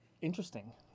interesting